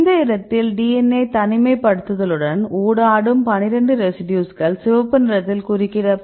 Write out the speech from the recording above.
இந்த இடத்தில் DNA தனிமைப்படுத்தலுடன் ஊடாடும் 12 ரெசிடியூஸ்கள் சிவப்பு நிறத்தில் குறிக்கப்பட்டுள்ளன